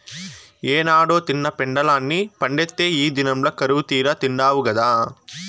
ఏనాడో తిన్న పెండలాన్ని పండిత్తే ఈ దినంల కరువుతీరా తిండావు గదా